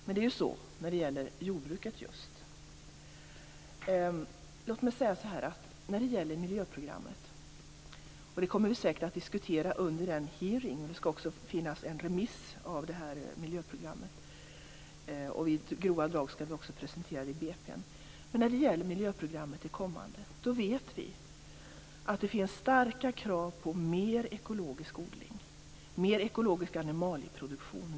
Men det är ju så när det just gäller jordbruket. Miljöprogrammet kommer vi säkert att diskutera under den hearing vi skall ha. Det skall också finnas en remiss av miljöprogrammet, och i grova drag skall vi också presentera det i budgetpropositionen. Men när det gäller det kommande miljöprogrammet vet vi att det finns starka krav på mer ekologisk odling, mer ekologisk animalieproduktion.